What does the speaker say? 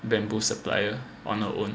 bamboo supplier on her own